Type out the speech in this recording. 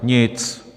Nic.